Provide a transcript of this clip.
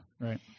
Right